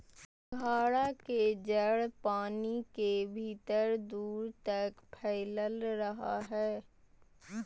सिंघाड़ा के जड़ पानी के भीतर दूर तक फैलल रहा हइ